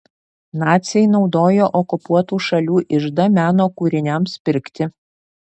naciai naudojo okupuotų šalių iždą meno kūriniams pirkti